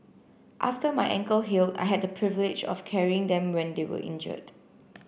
after my ankle heal I had the privilege of carrying them when they were injured